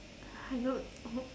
I don't know